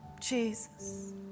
Jesus